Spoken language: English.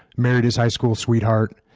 married his high school sweetheart,